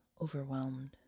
overwhelmed